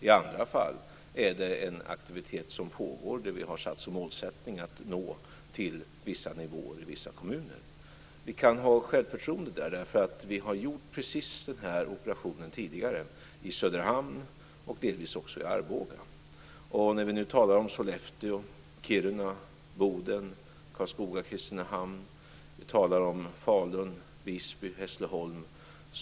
I andra fall är det en aktivitet som pågår där vi har som målsättning att nå till vissa nivåer i vissa kommuner. Vi kan ha självförtroende här eftersom vi har gjort precis den här operationen tidigare i Söderhamn och delvis också i Arboga. Nu talar vi om Sollefteå, Kiruna, Boden, Karlskoga, Kristinehamn, Falun, Visby och Hässleholm.